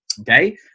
Okay